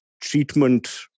treatment